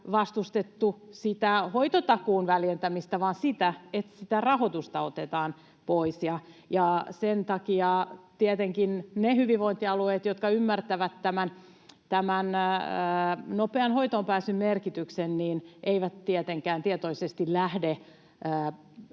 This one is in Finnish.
vastustettu sitä hoitotakuun väljentämistä vaan sitä, että sitä rahoitusta otetaan pois. Ja sen takia ne hyvinvointialueet, jotka ymmärtävät tämän nopean hoitoonpääsyn merkityksen, eivät tietenkään tietoisesti lähde